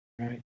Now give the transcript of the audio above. Right